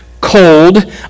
cold